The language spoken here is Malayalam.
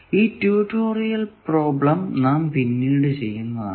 ഈ ട്യൂട്ടോറിയൽ പ്രോബ്ലം നാം പിന്നീട് ചെയ്യുന്നതാണ്